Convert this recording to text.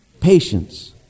Patience